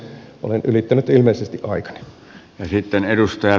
olen ylittänyt ilmeisesti aikani